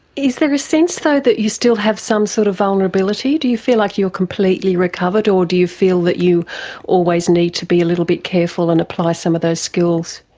is there a sense though that you still have some sort of vulnerability? do you feel like you are completely recovered, or do you feel that you always need to be a little bit careful and apply some of those skills?